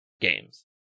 games